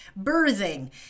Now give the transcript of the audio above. birthing